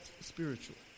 spiritually